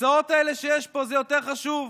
הכיסאות האלה שיש פה, זה יותר חשוב?